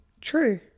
True